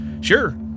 Sure